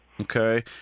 Okay